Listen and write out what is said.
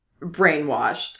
brainwashed